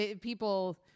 people